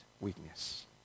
weakness